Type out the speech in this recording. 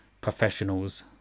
professionals